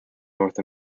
north